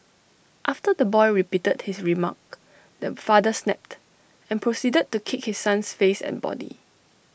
after the boy repeated his remark the father snapped and proceeded to kick his son's face and body